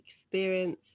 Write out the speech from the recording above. experience